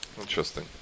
Interesting